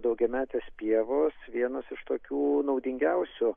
daugiametės pievos vienas iš tokių naudingiausių